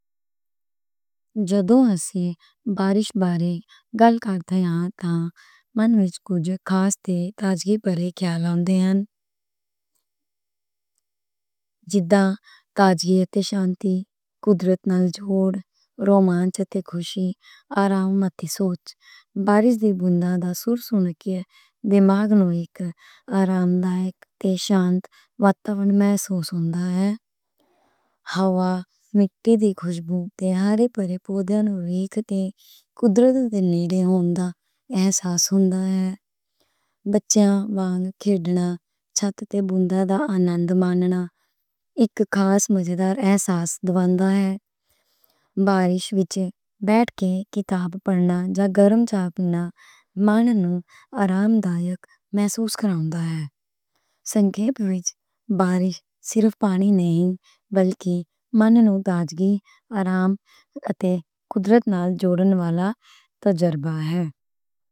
جدوں اسی بارش بارے گل کر دے ہن، تے من وچ کجھ خاص تے تازگی بارے خیالات ہن۔ تازگی تے شانتی، قدرت نال جوڑ، رومانس تے خوشی، آرام تے سوچ، بارش دیاں بونداں دا شور سن کے، دماغ نوں اک آرامدہ تے شانتی والا ماحول محسوس ہوندا ہے۔ ہوا، مٹی دی خوشبو، تے ہریالی پودیاں نوں ویکھ کے قدرت نال نیڑے ہون دا احساس ہوندا ہے۔ بچیاں وانگ کھیڈنا، چھت تے بونداں دا آنند ماننا اک خاص مزےدار احساس دیندا ہے۔ بارش وچ بیٹھ کے کتاب پڑھنا جا گرم چاء پینا من نوں آرامدہ محسوس کراؤندا ہے۔ سنکھیپ وچ بارش صرف پانی نہیں بلکہ من نوں تازگی، آرام اتے قدرت نال جوڑن والا تجربہ ہے۔